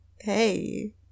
Hey